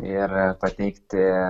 ir pateikti